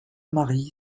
marie